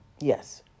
Yes